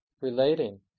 relating